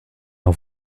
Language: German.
auf